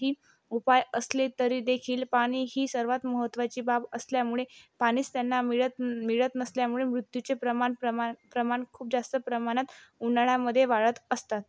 काही उपाय असले तरीदेखील पाणी ही सर्वात महत्वाची बाब असल्यामुळे पाणीच त्यांना मिळत मिळत नसल्यामुळे मृत्यूचे प्रमाण प्रमाण प्रमाण खूप जास्त प्रमाणात उन्हाळयामध्ये वाढत असतात